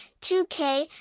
2K